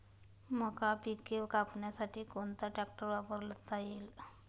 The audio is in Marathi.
मका पिके कापण्यासाठी कोणता ट्रॅक्टर वापरता येईल?